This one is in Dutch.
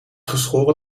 geschoren